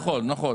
נכון.